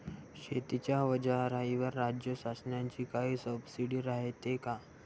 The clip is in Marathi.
शेतीच्या अवजाराईवर राज्य शासनाची काई सबसीडी रायते का?